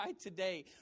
today